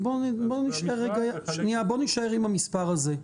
אז בוא נישאר רגע עם המספר הזה.